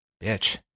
Bitch